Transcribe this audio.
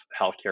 healthcare